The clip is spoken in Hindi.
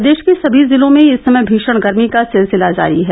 प्रदेष के सभी जिलों में इस समय भीशण गर्मी का सिलसिला जारी है